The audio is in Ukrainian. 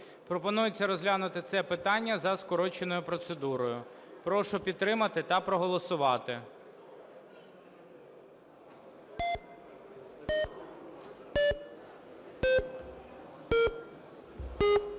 Пропонується розглянути це питання за скороченою процедурою. Прошу підтримати та проголосувати.